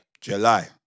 July